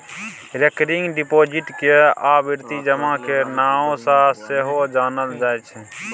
recurring deposit केँ आवर्ती जमा केर नाओ सँ सेहो जानल जाइ छै